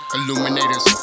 Illuminators